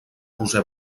roser